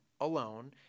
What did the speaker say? alone